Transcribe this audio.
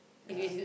ya